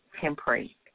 temporary